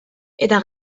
eta